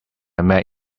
met